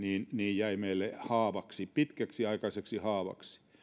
jäi meille haavaksi pitkäaikaiseksi haavaksi